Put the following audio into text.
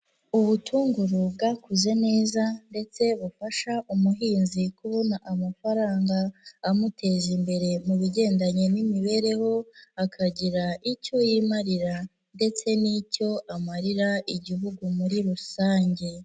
Ubutunguru bwakoze neza ndetse bufasha umuhinzi kubona amafaranga amuteza imbere mu bigendanye n'imibereho, akagira icyo yimarira ndetse n'icyo amarira igihugu muri rusange.